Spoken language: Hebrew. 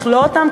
לכלוא אותם,